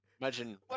Imagine